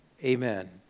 Amen